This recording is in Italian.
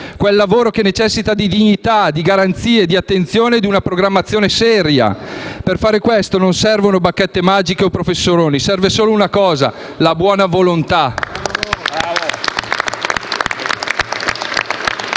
quel lavoro che necessita di dignità, di garanzie, di attenzione e di una programmazione seria! Per fare questo non servono bacchette magiche o professoroni, serve solo una cosa: la buona volontà.